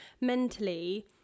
mentally